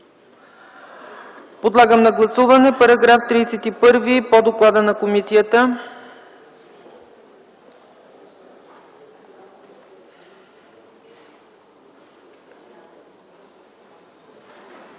Подлагам на гласуване § 31 по доклада на комисията.